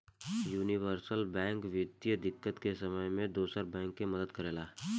universal bank वित्तीय दिक्कत के समय में दोसर बैंक के मदद करेला